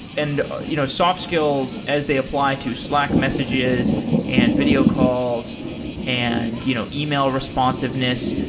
and you know soft skills, as they apply to slack messages and video calls and you know email responsiveness,